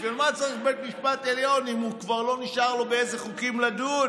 בשביל מה צריך בית משפט עליון אם כבר לא נשאר לו באיזה חוקים לדון?